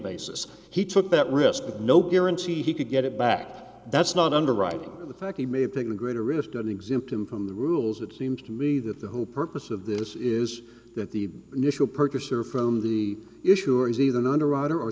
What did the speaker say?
basis he took that risk no guarantee he could get it back that's not underwriting the fact he may have taken a greater risk to exempt him from the rules it seems to me that the whole purpose of this is that the initial purchaser from the issue